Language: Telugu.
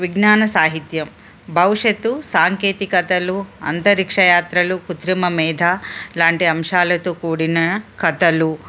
విజ్ఞాన సాహిత్యం భవిష్యత్తు సాంకేతికతలు అంతరిక్షయాత్రలు కుృత్రిమ మేధా లాంటి అంశాలతో కూడిన కథలు